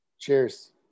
Cheers